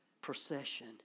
procession